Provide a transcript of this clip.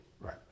Right